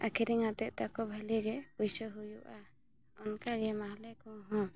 ᱟᱹᱠᱷᱨᱤᱧ ᱦᱟᱛᱮᱫ ᱛᱮᱠᱚ ᱵᱷᱟᱹᱞᱤ ᱜᱮ ᱯᱚᱭᱥᱟ ᱦᱩᱭᱩᱜᱼᱟ ᱚᱱᱠᱟ ᱜᱮ ᱢᱟᱦᱞᱮ ᱠᱚᱦᱚᱸ